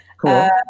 Cool